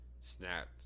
Snapped